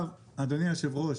אדוני היושב-ראש,